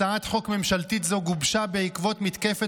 הצעת חוק ממשלתית זו גובשה בעקבות מתקפת